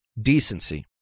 decency